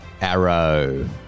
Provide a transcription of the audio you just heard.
Arrow